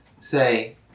say